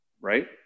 Right